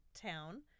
town